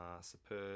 superb